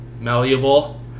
malleable